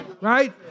Right